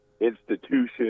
institution